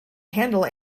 handle